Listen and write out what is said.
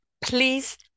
please